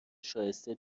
شایسته